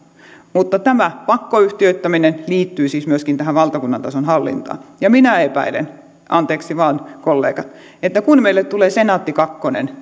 mutta tämä pakkoyhtiöittäminen liittyi siis myöskin tähän valtakunnan tason hallintaan ja minä epäilen anteeksi vain kollegat että kun meille tulee senaatti kakkonen